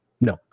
No